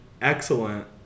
excellent